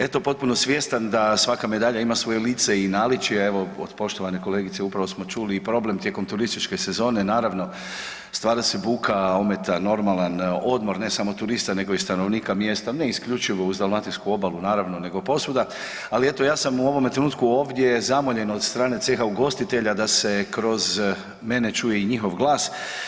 Eto potpuno svjestan da svaka medalja ima svoje lice i naličje, evo od poštovane kolegice upravo smo čuli i problem tijekom turističke sezone, naravno, stvara se buka, ometa normalan odmor ne samo turista nego i stanovnika mjesta ne isključivo uz dalmatinsku obalu naravno nego posvuda, ali eto ja sam u ovome trenutku ovdje zamoljen od strane ceha ugostitelja da se kroz mene čuje i njihov glas.